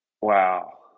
Wow